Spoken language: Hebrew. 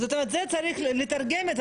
זאת אומרת צריך לתרגם את זה.